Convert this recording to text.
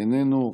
איננו.